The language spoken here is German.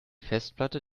festplatte